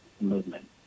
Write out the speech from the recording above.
movement